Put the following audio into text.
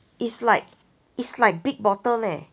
it's like it's like big bottle leh